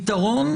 פתרון